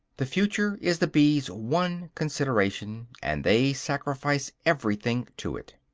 the future is the bees' one consideration, and they sacrifice everything to it.